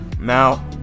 Now